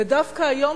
ודווקא היום,